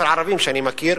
ערביים שאני מכיר,